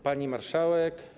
Pani Marszałek!